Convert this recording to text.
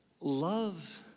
love